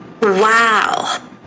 Wow